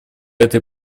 этой